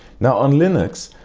now on linux,